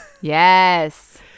yes